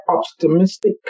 optimistic